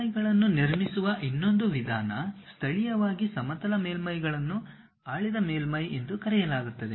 ಮೇಲ್ಮೈಗಳನ್ನು ನಿರ್ಮಿಸುವ ಇನ್ನೊಂದು ವಿಧಾನ ಸ್ಥಳೀಯವಾಗಿ ಸಮತಲ ಮೇಲ್ಮೈಗಳನ್ನು ಆಳಿದ ಮೇಲ್ಮೈ ಎಂದು ಕರೆಯಲಾಗುತ್ತದೆ